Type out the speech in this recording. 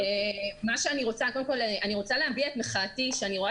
אני רוצה להביע את מחאתי כשאני רואה